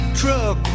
truck